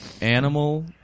Animal